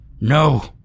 No